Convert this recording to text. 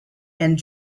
and